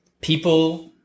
People